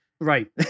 Right